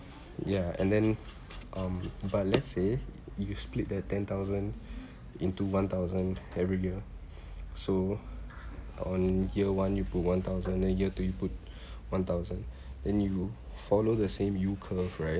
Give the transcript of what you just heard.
ya and then um but let's say if you split that ten thousand into one thousand every year so on year one you put one thousand then year two you put one thousand then you follow the same U curve right